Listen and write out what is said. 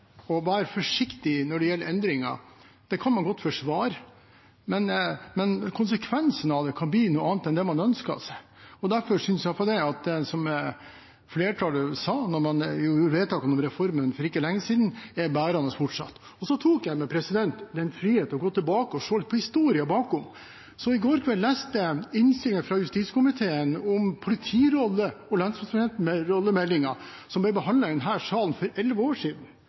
å være forsiktig når det gjelder endringer, kan man godt forsvare, men konsekvensen av det kan bli noe annet enn det man ønsket seg. Derfor synes i alle fall jeg at det som flertallet sa da man gjorde vedtak om reformen for ikke lenge siden, fortsatt er bærende. Så tok jeg meg den frihet å gå tilbake og se litt på historien bakom. I går kveld leste jeg innstillingen fra den daværende justiskomiteen om politirollemeldingen, som ble behandlet i denne salen for elleve år siden.